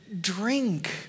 drink